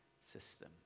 system